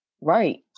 Right